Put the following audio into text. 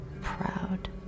Proud